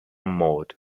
mode